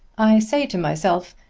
i say to myself,